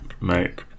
mate